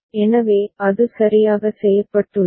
எனவே அது சரியாக செய்யப்பட்டுள்ளது